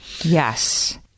Yes